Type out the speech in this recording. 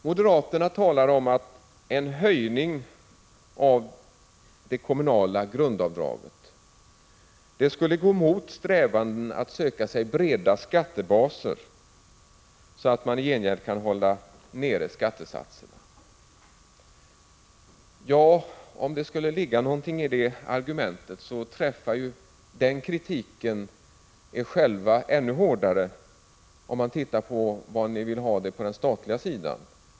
Moderaterna talar om att en höjning av det kommunala grundavdraget skulle gå emot strävanden att söka sig breda skattebaser så att man i gengäld kan hålla nere skattesatserna. Om det skulle ligga något i det argumentet träffar den kritiken er själva ännu hårdare, om man ser på hur ni vill ha det på den statliga sidan.